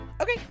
Okay